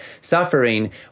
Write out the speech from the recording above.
suffering